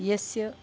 यस्य